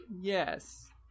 Yes